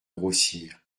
grossir